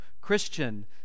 Christian